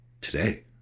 today